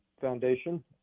Foundation